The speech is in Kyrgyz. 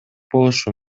болушу